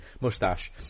mustache